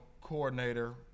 coordinator